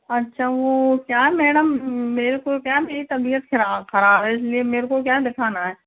अच्छा वो क्या मैडम मेरे को क्या मेरी तबियत खराब खराब है इसलिए मेरे को क्या दिखाना है